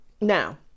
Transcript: Now